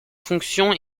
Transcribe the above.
fonctions